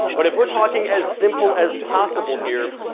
but if we're talking as simple as possible here,